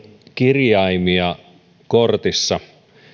kirjaimia kortissa